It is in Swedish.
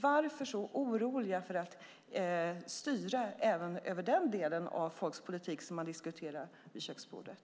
Varför så oroliga över att styra även över den delen av politiken för folket - som diskuteras vid köksbordet?